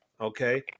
okay